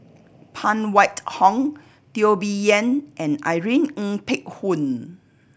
Phan Wait Hong Teo Bee Yen and Irene Ng Phek Hoong